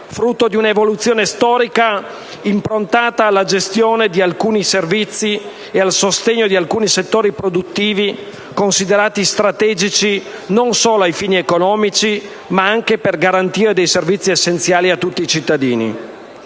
frutto di un'evoluzione storica improntata alla gestione di alcuni servizi e al sostegno di alcuni settori produttivi considerati strategici, non solo ai fini economici, ma anche per garantire dei servizi essenziali a tutti i cittadini.